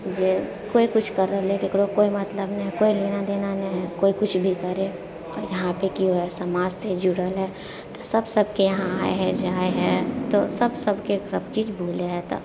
जे केओ किछु कर रहलै हइ कोइ लेना देना नहि हइ किछु भी करै आओर इहाँपे की होइ हइ समाजसँ जुड़ल तऽ सभ सभके इहाँ आए हइ जाइ हइ तऽ सभ सभके सभचीज बोलै हइ तब